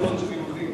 לא שמענו, של יהודים.